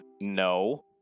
No